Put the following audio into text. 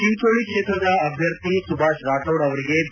ಚಿಂಚೋಳ ಕ್ಷೇತ್ರದ ಅಭ್ವರ್ಥಿ ಸುಭಾಷ್ ರಾಠೋಡ್ ಅವರಿಗೆ ಬಿ